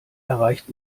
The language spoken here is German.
erreicht